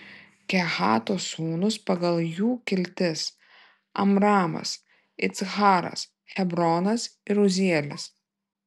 kehato sūnūs pagal jų kiltis amramas iccharas hebronas ir uzielis